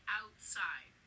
outside